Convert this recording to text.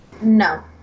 No